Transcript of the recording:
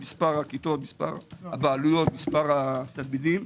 מספר הכיתות, מספר הבעלויות, מספר התלמידים.